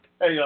Hey